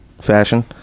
fashion